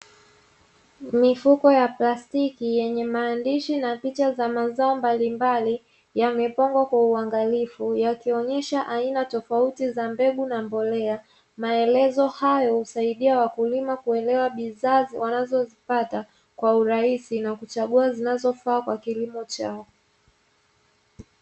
Mifuko ya plastiki yenye maandishi na picha za mazao mbalimbali yamepangwa kwa uangalifu, yakionesha aina tofauti za mbegu na mbolea. Maelezo hayo husaidia wakulima kuelewa bidhaa wanazozipata kwa urahisi, na kuchagua zinazowafaa kwa kilimo chao.